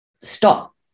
stop